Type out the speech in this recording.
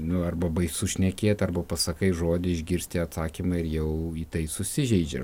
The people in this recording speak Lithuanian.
nu arba baisu šnekėt arba pasakai žodį išgirsti atsakymą ir jau į tai susižeidžia